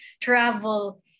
travel